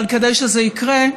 אבל כדי שזה יקרה,